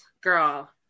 Girl